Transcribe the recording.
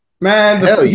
Man